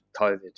COVID